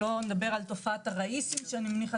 שלא נדבר על תופעת הראיסים שאני מניחה